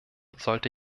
sollte